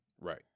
Right